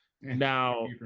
Now